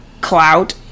clout